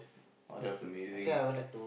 oh that was amazing